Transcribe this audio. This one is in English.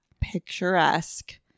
picturesque